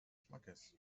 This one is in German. schmackes